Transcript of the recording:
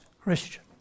Christian